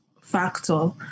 factor